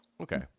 Okay